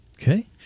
Okay